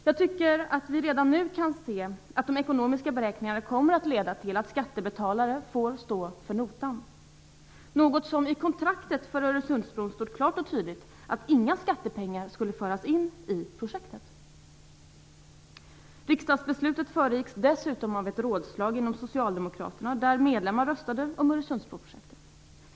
Jag tycker att vi redan nu kan se att de ekonomiska beräkningarna kommer att leda till att skattebetalarna får stå för notan, trots att det i kontraktet för Öresundsbron stod klart och tydligt att inga skattepengar skulle föras in i projektet. Riksdagsbeslutet föregicks dessutom av ett rådslag inom Socialdemokraterna, där medlemmarna röstade om Öresundsbroprojektet.